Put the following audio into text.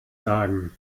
sagen